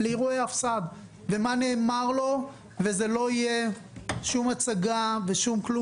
זאת לא תהיה הצגה ושום דבר,